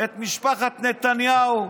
את משפחת נתניהו.